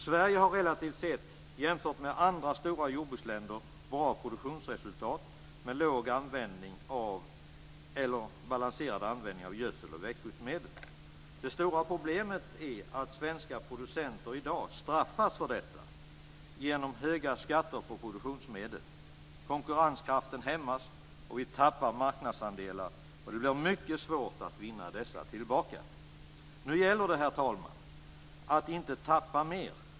Sverige har relativt sett, jämfört med andra stora jordbruksländer, bra produktionsresultat med balanserad användning av gödsel och växtskyddsmedel. Det stora problemet är att svenska producenter i dag straffas för detta genom höga skatter på produktionsmedel. Konkurrenskraften hämmas och vi tappar marknadsandelar. Det blir mycket svårt att vinna dessa tillbaka. Nu gäller det, herr talman, att inte tappa mer.